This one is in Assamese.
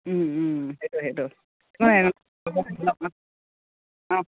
সেইটো সেইটো অঁ